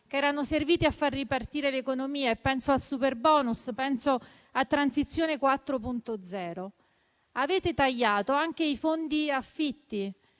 che erano serviti a far ripartire l'economia (penso al superbonus e a Transizione 4.0). Avete tagliato anche i fondi per gli